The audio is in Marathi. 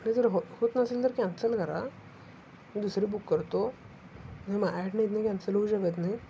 आणि जर होत होत नसेल तर कॅन्सल करा मी दुसरी बुक करतो नाही माझ्याकडून इथनं कॅन्सल होऊ शकत नाही